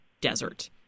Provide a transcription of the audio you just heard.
desert